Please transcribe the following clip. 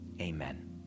Amen